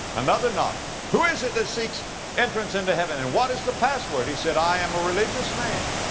another knock. who is it that seeks entrance into heaven and what is the password? he said, i am a religious man.